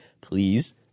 Please